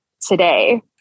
today